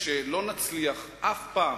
בינתיים מגיעה חברת הכנסת אדטו.